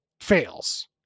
fails